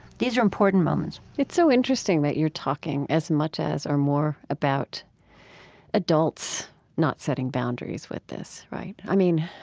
these are important moments it's so interesting that you're talking as much as or more about adults not setting boundaries with this, right? i mean,